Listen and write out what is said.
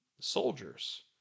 soldiers